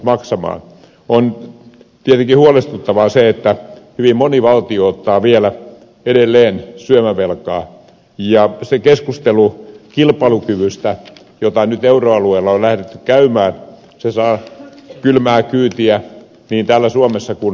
on tietenkin huolestuttavaa se että hyvin moni valtio ottaa vielä edelleen syömävelkaa ja se keskustelu kilpailukyvystä jota nyt euroalueella on lähdetty käymään se saa kylmä kyytiä niin täällä suomessa kuin muuallakin